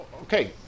Okay